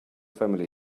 family